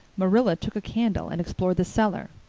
marilla took a candle and explored the cellar.